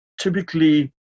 typically